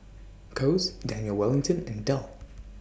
Kose Daniel Wellington and Dell